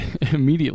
immediately